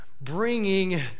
bringing